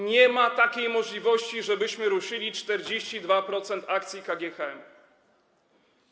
Nie ma takiej możliwości, żebyśmy ruszyli 42% akcji KGHM-u.